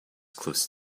close